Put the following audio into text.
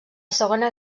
segona